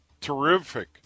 terrific